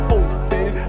open